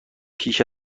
پیش